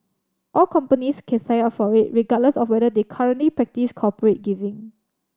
all companies can sign up for it regardless of whether they currently practise corporate giving